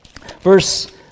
verse